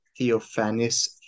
Theophanes